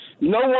no